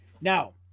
Now